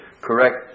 correct